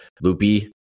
Loopy